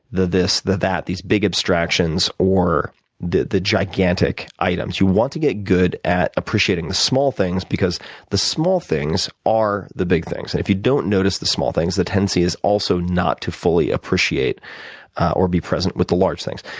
the this, the that these big abstractions or the the gigantic items. you want to get good at appreciating the small things because the small things are the big things. and if you don't notice the small things, the tendency is also to not fully appreciate or be present with the large things.